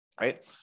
right